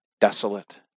desolate